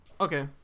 Okay